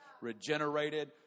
regenerated